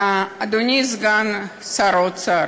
אדוני סגן שר האוצר,